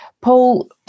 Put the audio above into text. Paul